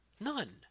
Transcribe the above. None